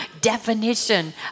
definition